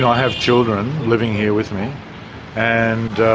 have children living here with me and